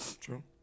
true